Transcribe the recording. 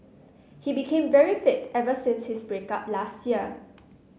he became very fit ever since his break up last year